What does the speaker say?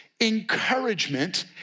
Encouragement